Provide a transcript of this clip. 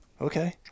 okay